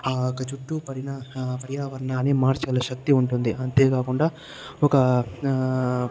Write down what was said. ఆ యొక్క చుట్టూ ఆ పర్యావరణాన్ని మార్చగల శక్తి ఉంటుంది అంతేగాకుండా ఒక ఆ